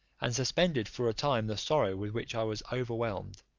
and suspended for a time the sorrow with which i was overwhelmed.